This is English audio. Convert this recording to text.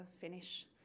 finish